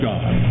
God